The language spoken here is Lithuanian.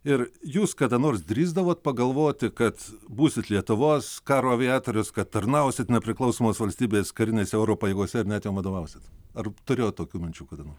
ir jūs kada nors drįsdavot pagalvoti kad būsite lietuvos karo aviatorius kad tarnausit nepriklausomos valstybės karinėse oro pajėgose ar net jom vadovausit ar turėjote tokių minčių kada nors